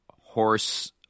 horse